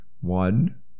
one